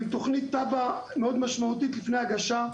עם תכנית תב"ע מאוד משמעותית לפני הגשה.